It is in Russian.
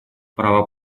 права